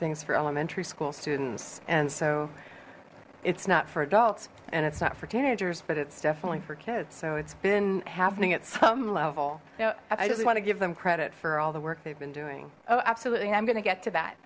things for elementary school students and so it's not for adults and it's not for teenagers but it's definitely for kids so it's been happening at some level yeah i just want to give them credit for all the work they've been doing oh absolutely i'm gonna get to that